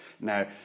Now